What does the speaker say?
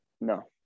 No